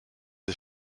des